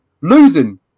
losing